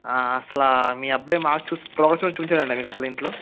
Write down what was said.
అసల మీ అబ్బాయి మార్క్స్ ప్రోగ్రెస్ కార్డ్ చూపించాడా అండి మీకు అసలు ఇంట్లో